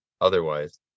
otherwise